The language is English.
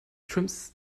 trims